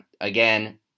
again